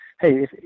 hey